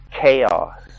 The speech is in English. Chaos